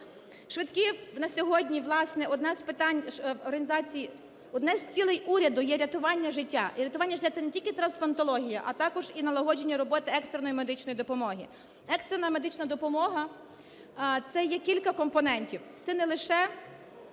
Швидкі на сьогодні, власне… Одне з питань організації… Одна з цілей уряду є рятування життя. І рятування життя – це не тільки трансплантологія, а також і налагодження роботи екстреної медичної допомоги. Екстрена медична допомога – це є кілька компонентів, це не лише